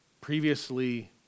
previously